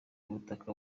ubutaka